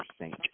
saint